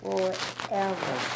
Forever